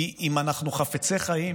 כי אם אנחנו חפצי חיים